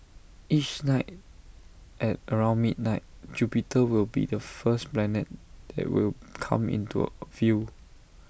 each night at around midnight Jupiter will be the first planet that will come into A view